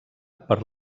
per